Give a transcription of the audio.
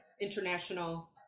international